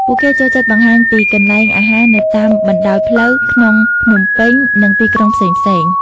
ពួកគេចូលចិត្តបង្ហាញពីកន្លែងអាហារនៅតាមបណ្តោយផ្លូវ ក្នុងភ្នំពេញ និងទីក្រុងផ្សេងៗ។